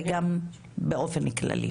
וגם באופן כללי.